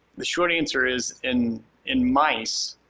the short answer is in in mice,